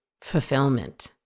fulfillment